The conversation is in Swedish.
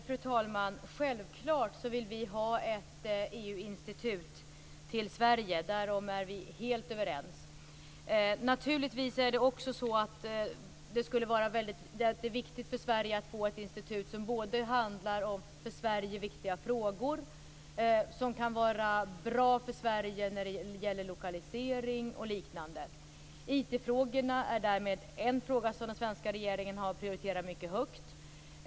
Fru talman! Vi vill självfallet ha ett EU-institut till Sverige. Därom är vi helt överens. Naturligtvis är det också viktigt för Sverige att få ett institut som handhar för Sverige viktiga frågor, som kan vara bra för Sverige när det gäller lokalisering och liknande. IT-frågorna är därmed något som Sverige har prioriterat mycket högt.